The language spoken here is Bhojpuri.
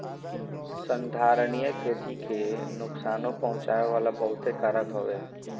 संधारनीय खेती के नुकसानो पहुँचावे वाला बहुते कारक हवे